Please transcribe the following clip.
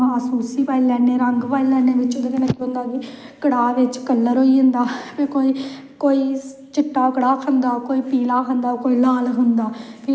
साढ़ै ओह्दा ध्यार आई जंदा रक्खड़ी आई जंदी रक्खड़ी गी पोआना ते भ्राह् दा ध्यार होंदे ऐ रक्खड़ी गी भैनां